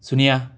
ꯁꯨꯅ꯭ꯌꯥ